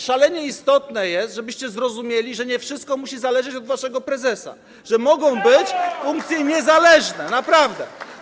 Szalenie istotne jest, żebyście zrozumieli, że nie wszystko musi zależeć od waszego prezesa, że mogą być funkcje niezależne, naprawdę.